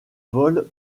vol